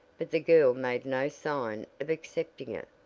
but the girl made no sign of accepting it.